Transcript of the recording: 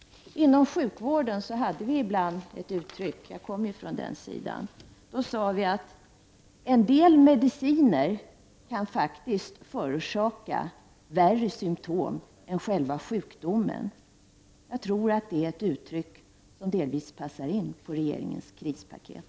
Jag har ju arbetat inom sjukvården, och vi talade där ibland om att en del mediciner faktiskt kan förorsaka värre symtom än själva sjukdomen. Jag tror att det är en beskrivning som delvis passar in på regeringens krispaket.